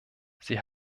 sie